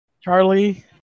Charlie